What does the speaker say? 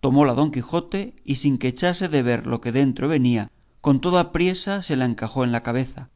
tomóla don quijote y sin que echase de ver lo que dentro venía con toda priesa se la encajó en la cabeza